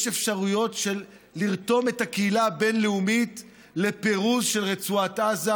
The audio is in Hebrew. יש אפשרויות של לרתום את הקהילה הבין-לאומית לפירוז של רצועת עזה,